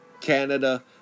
Canada